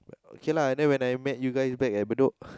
okay lah then when I met you guys back at Bedok